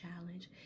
challenge